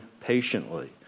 patiently